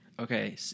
Okay